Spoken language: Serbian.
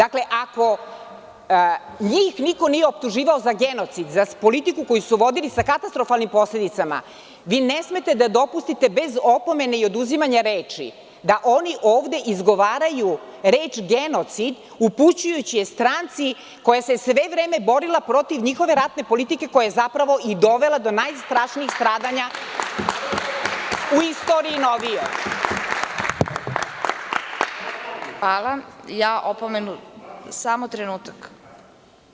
Ako njih niko nije optuživao za genocid, za politiku koju su vodili sa katastrofalnim posledicama, ne smete da dopustite bez opomene i oduzimanja reči da oni ovde izgovaraju reč genocid upućujući je stranci koja se sve vreme borila protiv njihove ratne politike koja je i dovela do najstrašnijih stradanja u novijoj istoriji.